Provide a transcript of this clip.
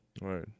Right